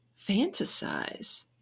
Fantasize